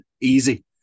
Easy